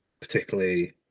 particularly